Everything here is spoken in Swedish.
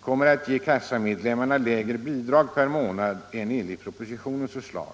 kommer att ge kassamedlemmarna lägre bidrag per månad än enligt propositionens förslag.